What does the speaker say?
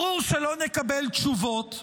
ברור שלא נקבל תשובות,